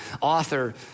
author